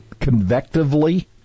convectively